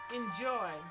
enjoy